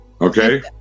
okay